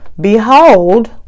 Behold